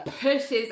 pushes